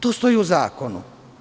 To stoji u zakonu.